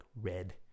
red